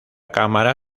cámara